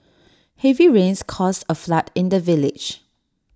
heavy rains caused A flood in the village